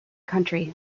country